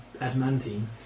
adamantine